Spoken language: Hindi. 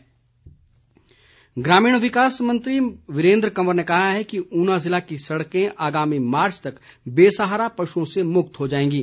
वीरेन्द्र कंवर ग्रामीण विकास मंत्री वीरेन्द्र कंवर ने कहा है कि ऊना जिला की सड़कें आगामी मार्च तक बेसहारा पशुओं से मुक्त हो जाएंगी